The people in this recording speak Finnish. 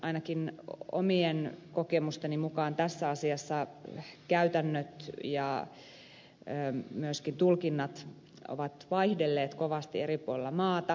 ainakin omien kokemusteni mukaan tässä asiassa käytännöt ja myöskin tulkinnat ovat vaihdelleet kovasti eri puolilla maata